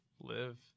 live